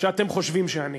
שאתם חושבים שאני.